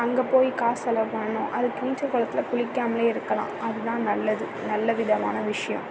அங்கே போய் காசு செலவு பண்ணனும் அதுக்கு நீச்சல் குளத்தில் குளிக்காமலே இருக்கலாம் அது தான் நல்லது நல்லவிதமான விஷயம்